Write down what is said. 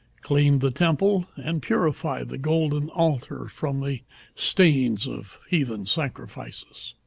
cleansed the temple, and purified the golden altar from the stains of heathen sacrifices.